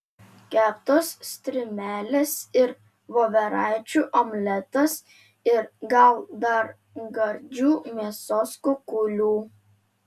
keptos strimelės ir voveraičių omletas ir gal dar gardžių mėsos kukulių